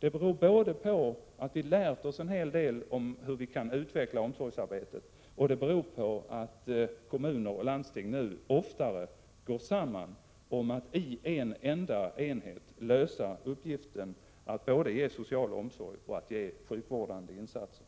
Det beror både på att vi har lärt oss en hel del om hur vi skall utveckla omsorgsarbetet och på att kommuner och landsting nu oftare går samman om attien enda enhet lösa uppgiften att både ge social omsorg och ställa upp med sjukvårdande insatser.